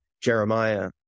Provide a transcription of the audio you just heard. Jeremiah